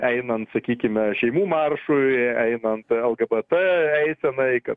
einant sakykime šeimų maršui einant lgbt eisenai kad